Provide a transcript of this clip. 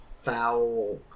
foul